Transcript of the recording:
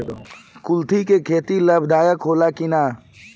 कुलथी के खेती लाभदायक होला कि न?